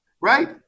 right